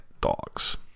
dogs